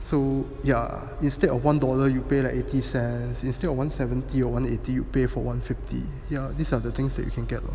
so yeah instead of one dollar you pay like eighty cents instead of one seventy or one eighty you pay for one fifty these are the things that you can get lor